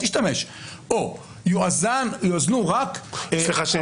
או יואזנו רק המעורבים --- סליחה,